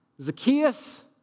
Zacchaeus